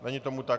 Není tomu tak.